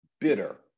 bitter